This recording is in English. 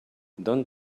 don’t